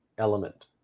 element